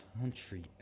country